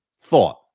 thought